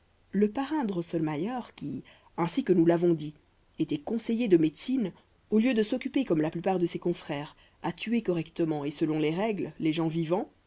le parrain drosselmayer qui ainsi que nous l'avons dit était conseiller de médecine au lieu de s'occuper comme la plupart de ses confrères à tuer correctement et selon les règles les gens vivants